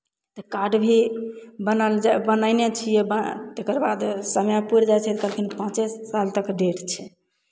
तऽ कार्ड भी बनल जे बनयने छियै ब् तकर बाद समय पुरि जाइ छै तखन पाँचे साल तक डेट छै